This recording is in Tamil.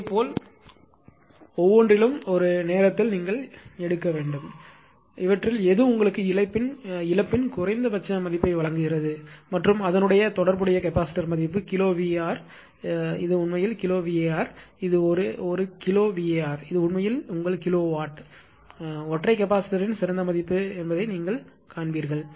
இதேபோல் ஒவ்வொன்றிற்கும் ஒரு நேரத்தில் நீங்கள் எடுக்க வேண்டும் இவற்றில் எது உங்களுக்கு இழப்பின் குறைந்தபட்ச மதிப்பை வழங்குகிறது மற்றும் அதனுடன் தொடர்புடைய கெப்பாசிட்டர் மதிப்பு கிலோ VR இது உண்மையில் கிலோ VAR இது ஒரு கிலோ VAr இது உண்மையில் உங்கள் கிலோவாட் ஒற்றை கெப்பாசிட்டர்யின் சிறந்த மதிப்பு என்பதை நீங்கள் காண்பீர்கள்